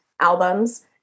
albums